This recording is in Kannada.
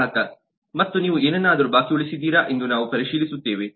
ಗ್ರಾಹಕ ಮತ್ತು ನೀವು ಏನನ್ನಾದರೂ ಬಾಕಿ ಉಳಿಸಿದ್ದೀರಾ ಎಂದು ನಾವು ಪರಿಶೀಲಿಸುತ್ತೇವೆ